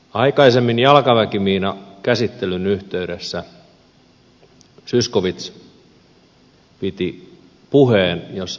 aikaisemmin jalkaväkimiinakäsittelyn yhteydessä zyskowicz piti puheen jossa pahoitteli hölmön päätöksen käsittelyä